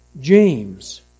James